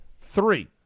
Three